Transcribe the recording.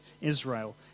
Israel